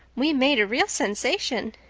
we made a real sensation.